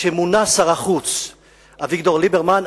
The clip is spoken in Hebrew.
שכשמונה שר החוץ אביגדור ליברמן,